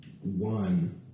one